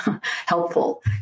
helpful